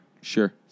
Sure